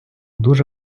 дуже